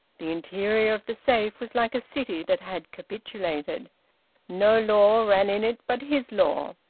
the interior of the safe was like a city that had capitulated no law ran in it but his law,